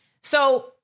So-